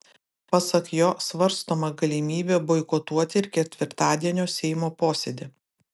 pasak jo svarstoma galimybė boikotuoti ir ketvirtadienio seimo posėdį